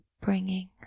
bringing